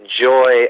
joy